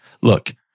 Look